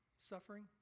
suffering